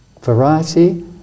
variety